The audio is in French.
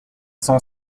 cent